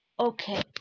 Okay